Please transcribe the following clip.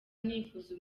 nifuza